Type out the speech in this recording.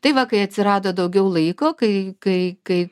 tai va kai atsirado daugiau laiko kai kai kai